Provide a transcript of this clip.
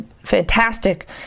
fantastic